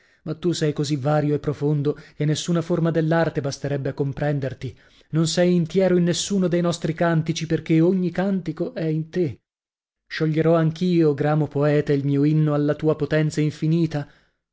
ma tu sei così vario e profondo che nessuna forma dell'arte basterebbe a comprenderti tu non sei intiero in nessuno dei nostri cantici perchè ogni cantico è in te scioglierò anch'io gramo poeta il mio inno alla tua potenza infinita